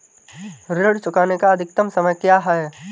ऋण चुकाने का अधिकतम समय क्या है?